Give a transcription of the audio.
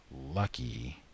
Lucky